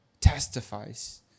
testifies